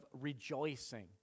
rejoicing